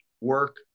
work